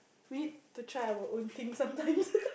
we need to try our own things sometimes